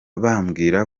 bambwira